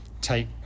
take